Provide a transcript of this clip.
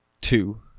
Two